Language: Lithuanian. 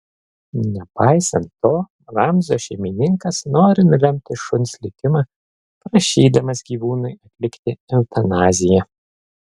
nepaisant to ramzio šeimininkas nori nulemti šuns likimą prašydamas gyvūnui atlikti eutanaziją